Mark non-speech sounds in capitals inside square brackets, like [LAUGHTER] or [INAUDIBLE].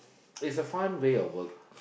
[NOISE] is a fun way of work